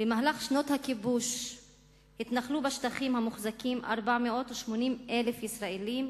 במהלך שנות הכיבוש התנחלו בשטחים המוחזקים 480,000 ישראלים,